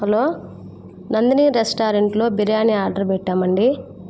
hello Nandini రెస్టారెంట్లో biryani order పెట్టాము అండి